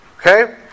okay